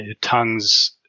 tongues